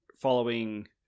following